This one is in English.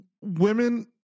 women